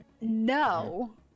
No